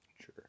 sure